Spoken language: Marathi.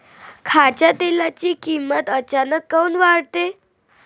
खाच्या तेलाची किमत अचानक काऊन वाढते?